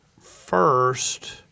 first